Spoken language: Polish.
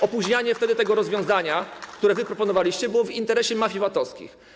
Opóźnianie wtedy tego rozwiązania, które wy proponowaliście, było w interesie mafii VAT-owskich.